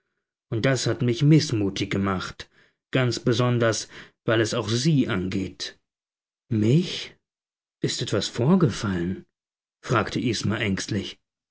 und das hat mich mißmutig gemacht ganz besonders weil es auch sie angeht mich ist etwas vorgefallen fragte isma ängstlich